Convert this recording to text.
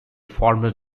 former